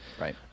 Right